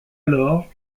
alors